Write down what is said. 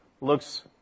looks